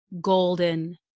golden